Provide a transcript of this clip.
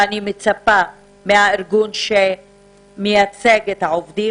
ואני מצפה מהארגון שמייצג את העובדים